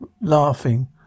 Laughing